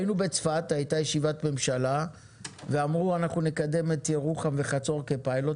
היינו בצפת בישיבת ממשלה ואמרו שנקדם את ירוחם וחצור כפיילוט.